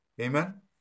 Amen